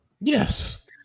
Yes